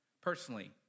personally